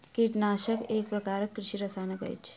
कीटनाशक एक प्रकारक कृषि रसायन अछि